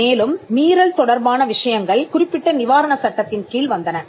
மேலும் மீறல் தொடர்பான விஷயங்கள் குறிப்பிட்ட நிவாரண சட்டத்தின் கீழ் வந்தன